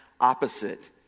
opposite